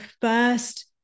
first